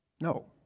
no